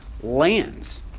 lands